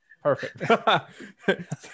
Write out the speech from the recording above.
Perfect